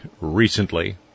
recently